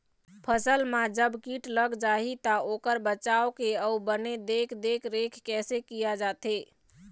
फसल मा जब कीट लग जाही ता ओकर बचाव के अउ बने देख देख रेख कैसे किया जाथे?